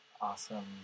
awesome